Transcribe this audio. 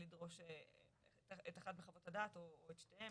את אחת מחוות הדעת או את שתיהן